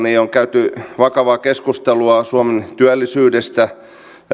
on käyty vakavaa keskustelua suomen työllisyydestä